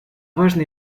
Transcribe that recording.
важно